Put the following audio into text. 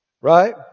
Right